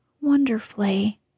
wonderfully